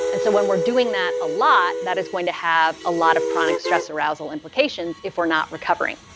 and so when we're doing that a lot, that is going to have a lot of chronic stress arousal implications if we're not recovering.